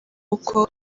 uko